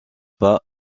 pas